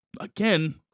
Again